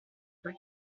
pas